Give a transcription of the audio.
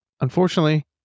unfortunately